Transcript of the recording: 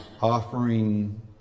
offering